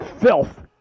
filth